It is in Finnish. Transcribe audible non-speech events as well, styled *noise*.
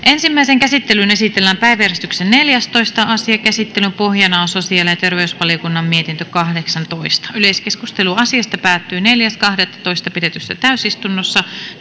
*unintelligible* ensimmäiseen käsittelyyn esitellään päiväjärjestyksen neljästoista asia käsittelyn pohjana on sosiaali ja terveysvaliokunnan mietintö kahdeksantoista yleiskeskustelu asiasta päättyi neljäs kahdettatoista kaksituhattaseitsemäntoista pidetyssä täysistunnossa